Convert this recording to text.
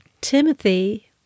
Timothy